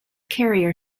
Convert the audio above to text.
carrier